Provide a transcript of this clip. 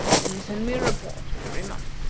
and send me a report every month.